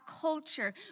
culture